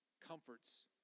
comforts